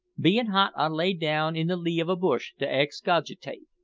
bein' hot i lay down in the lee of a bush to excogitate.